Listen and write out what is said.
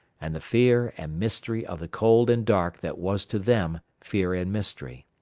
and the fear and mystery of the cold and dark that was to them fear and mystery.